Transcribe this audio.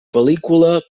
pel·lícula